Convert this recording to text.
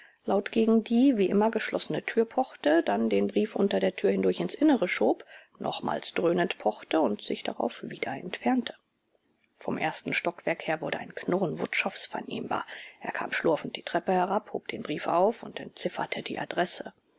laut gegen die wie immer geschlossene tür pochte dann den brief unter der tür hindurch ins innere schob nochmals dröhnend pochte und sich darauf wieder entfernte vom ersten stockwerk her wurde ein knurren wutschows vernehmbar er kam schlurfend die treppe herab hob den brief auf und entzifferte die adresse